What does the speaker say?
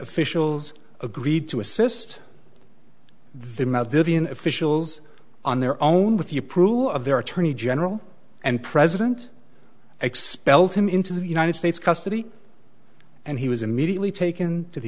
officials agreed to assist them out devean officials on their own with the approval of their attorney general and president expelled him into the united states custody and he was immediately taken to the